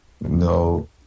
No